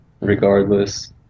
regardless